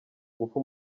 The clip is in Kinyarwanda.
ngufu